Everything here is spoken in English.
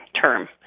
term